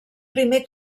primer